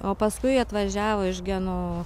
o paskui atvažiavo iš geno